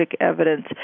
evidence